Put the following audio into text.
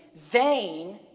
vain